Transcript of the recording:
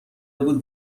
بود